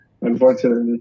unfortunately